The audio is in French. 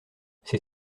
c’est